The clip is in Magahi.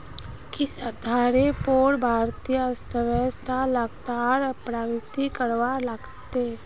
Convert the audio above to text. कृषि आधारेर पोर भारतीय अर्थ्वैव्स्था लगातार प्रगति करवा लागले